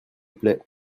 plait